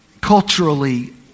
culturally